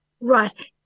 Right